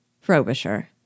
Frobisher